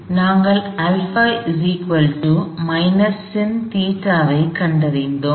எனவே நாங்கள் α sin ϴ ஐ கண்டறிந்தோம்